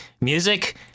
music